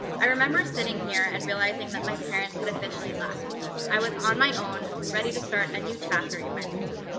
i remember sitting here and realizing that my parents had officially left. i was on my own, ready to start a new chapter in my life.